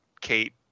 Kate